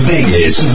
Vegas